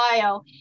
bio